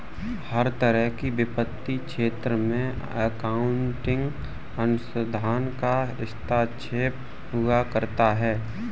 हर तरह के वित्तीय क्षेत्र में अकाउन्टिंग अनुसंधान का हस्तक्षेप हुआ करता है